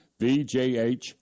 VJH